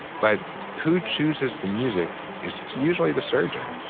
but who chooses the music is usually the surgeon.